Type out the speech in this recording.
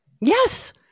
Yes